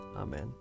Amen